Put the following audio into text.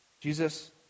Jesus